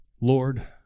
Lord